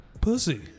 pussy